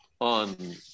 on